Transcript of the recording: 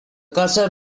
cursor